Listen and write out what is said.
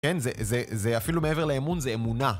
כן, זה זה זה אפילו מעבר לאמון, זה אמונה.